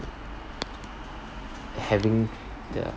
having the